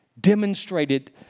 demonstrated